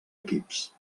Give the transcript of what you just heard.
equips